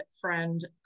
friend